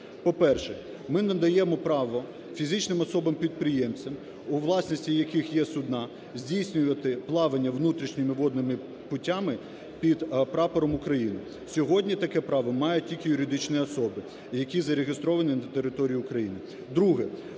По-перше, ми надаємо право фізичним особам підприємцям, у власності яких є судна, здійснювати плавання внутрішніми водними путями під прапором України. Сьогодні таке право мають тільки юридичні особи, які зареєстровані на території України.